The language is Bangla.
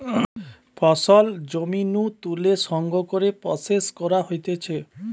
ফসল জমি নু তুলে সংগ্রহ করে প্রসেস করা হতিছে